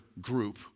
group